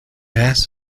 das